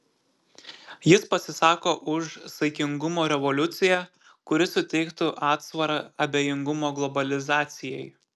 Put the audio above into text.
jis pasisako už saikingumo revoliuciją kuri suteiktų atsvarą abejingumo globalizacijai